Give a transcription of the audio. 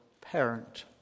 parent